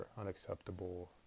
unacceptable